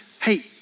Hey